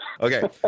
Okay